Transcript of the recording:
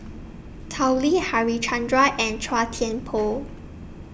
Tao Li Harichandra and Chua Thian Poh